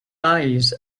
eyes